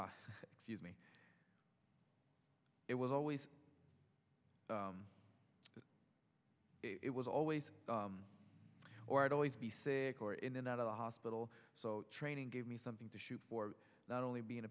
began excuse me it was always it was always or i'd always be sick or in and out of the hospital so training gave me something to shoot for not only being